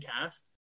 cast